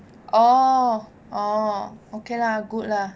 oh oh okay lah good lah